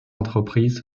entreprises